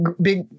big